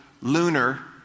lunar